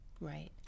Right